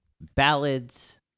ballads